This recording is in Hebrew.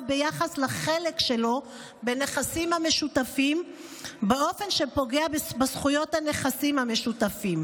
ביחס לחלק שלו בנכסים המשותפים באופן שפוגע בזכויות הנכסים המשותפים.